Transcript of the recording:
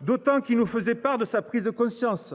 d’autant qu’il nous faisait part d’une prise de conscience :